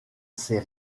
ses